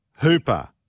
Hooper